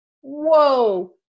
whoa